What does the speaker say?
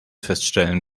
feststellen